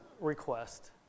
request